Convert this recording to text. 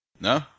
No